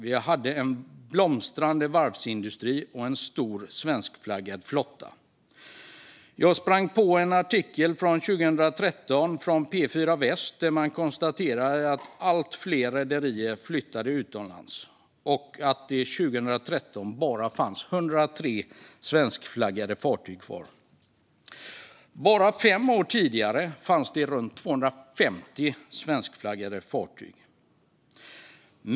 Vi hade en blomstrande varvsindustri och en stor svenskflaggad flotta. Jag sprang på en artikel från 2013 från P4 Väst där man konstaterade att allt fler rederier flyttade utomlands och att det 2013 bara fanns 103 svenskflaggade fartyg kvar. Bara fem år tidigare hade det funnits runt 250 svenskflaggade fartyg.